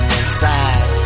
inside